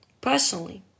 personally